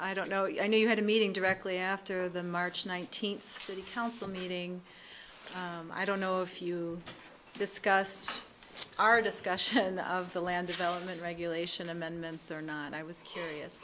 i don't know you know you had a meeting directly after the march nineteenth city council meeting i don't know if you discussed our discussion of the land development regulation amendments or not and i was curious